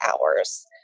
hours